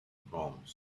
proms